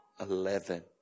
Eleven